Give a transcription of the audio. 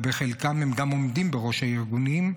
ובחלקם הם גם עומדים בראש הארגונים,